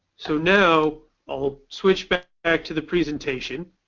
so now i'll switch but back to the presentation